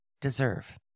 deserve